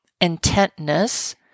intentness